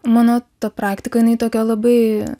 mano ta praktika jinai tokia labai